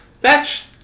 Fetch